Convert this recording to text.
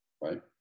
right